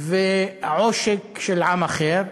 ועושק של עם אחר.